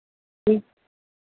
जी